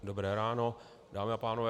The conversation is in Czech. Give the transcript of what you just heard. Dobré ráno, dámy a pánové.